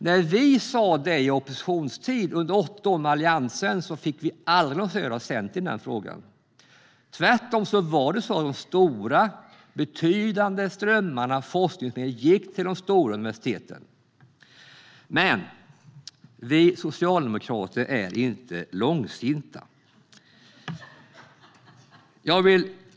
När vi sa detsamma i opposition under de åtta åren med Alliansen fick vi aldrig något stöd av Centern i denna fråga. Tvärtom gick de stora, betydande strömmarna av forskningsmedel till de stora universiteten. Men vi socialdemokrater är inte långsinta.